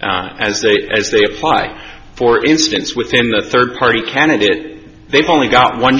as they as they apply for instance within a third party candidate they've only got one